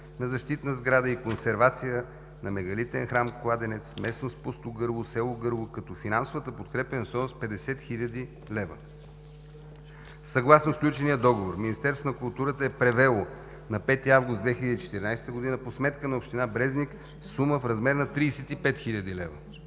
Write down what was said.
на защитна сграда и консервация на Мегалитен храм – кладенец, местност „Пусто гърло“, село Гърло, като финансовата подкрепа е на стойност 50 хил. лв. Съгласно сключения договор Министерството на културата е превело на 5 август 2014 г. по сметка на община Брезник сума в размер на 35 хил. лв.